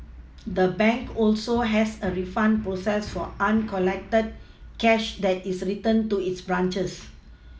the bank also has a refund process for uncollected cash that is returned to its branches